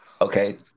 Okay